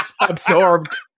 absorbed